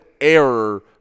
error